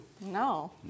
No